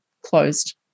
closed